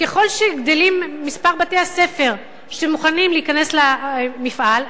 ככל שגדל מספר בתי-הספר שמוכנים להיכנס למפעל,